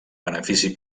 benefici